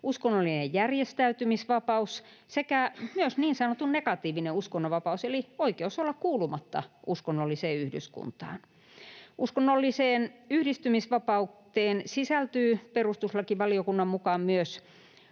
uskonnollinen järjestäytymisvapaus sekä myös niin sanottu negatiivinen uskonnonvapaus eli oikeus olla kuulumatta uskonnolliseen yhdyskuntaan. Uskonnolliseen yhdistymisvapauteen sisältyy perustuslakivaliokunnan mukaan myös